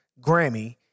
Grammy